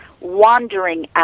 wandering